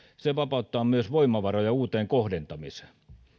se vapauttaa myös voimavaroja uuteen kohdentamiseen